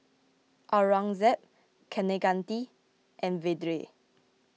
Aurangzeb Kaneganti and Vedre